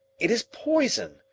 it is poison.